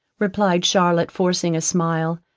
replied charlotte, forcing a smile,